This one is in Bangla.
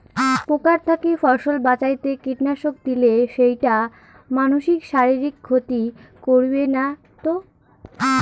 পোকার থাকি ফসল বাঁচাইতে কীটনাশক দিলে সেইটা মানসির শারীরিক ক্ষতি করিবে না তো?